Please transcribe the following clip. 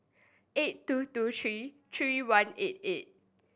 eight two two three three one eight eight